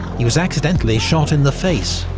he was accidentally shot in the face,